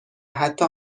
حتا